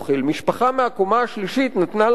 משפחה מהקומה השלישית נתנה לה אוכל.